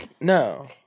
No